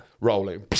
rolling